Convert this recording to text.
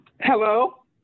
Hello